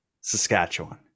Saskatchewan